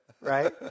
right